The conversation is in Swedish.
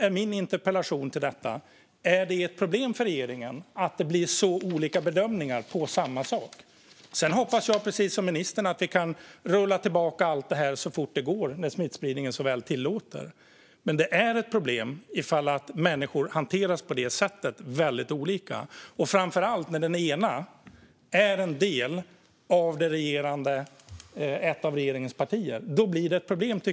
I min interpellation om detta undrade jag därför om det är ett problem för regeringen att bedömningarna blir så olika för samma sak. Jag hoppas förstås precis som ministern att vi kan rulla tillbaka allt det här så fort det går när smittspridningen så tillåter. Det är dock ett problem om människor hanteras på olika sätt, framför allt när en part är ett av regeringens partier.